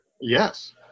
Yes